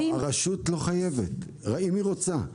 הרשות לא חייבת, אלא אם היא רוצה.